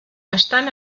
estant